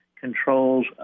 controls